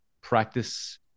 practice